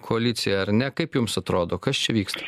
koalicija ar ne kaip jums atrodo kas čia vyksta